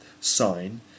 sign